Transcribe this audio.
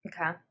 Okay